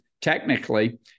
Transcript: technically